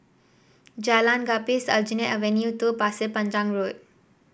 Jalan Gapis Aljunied Avenue Two Pasir Panjang Road